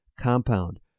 compound